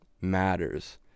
matters